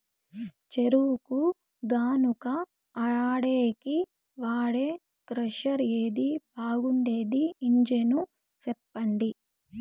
చెరుకు గానుగ ఆడేకి వాడే క్రషర్ ఏది బాగుండేది ఇంజను చెప్పండి?